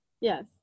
Yes